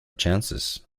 chances